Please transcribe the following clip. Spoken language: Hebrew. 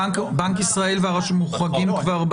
בנק ישראל כבר מוחרג.